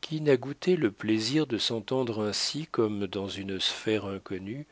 qui n'a goûté le plaisir de s'entendre ainsi comme dans une sphère inconnue